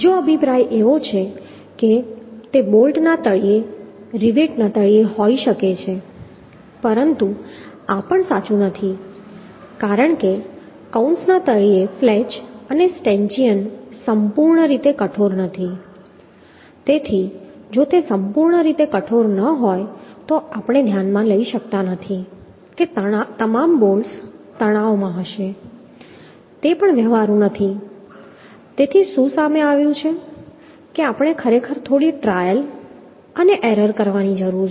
બીજો અભિપ્રાય એવો છે કે તે બોલ્ટના તળિયે રિવેટ ના તળિયે હોઈ શકે છે પરંતુ આ પણ સાચું નથી કારણ કે કૌંસના તળિયે ફ્લેંજ અને સ્ટેન્ચિયન સંપૂર્ણ રીતે કઠોર નથી તેથી જો તે સંપૂર્ણ કઠોર ન હોય તો આપણે ધ્યાનમાં લઈ શકતા નથી કે તમામ બોલ્ટ્સ તણાવમાં હશે તે પણ વ્યવહારુ નથી તેથી શું સામે આવ્યું છે કે આપણે ખરેખર થોડી ટ્રાયલ અને એરર કરવાની જરૂર છે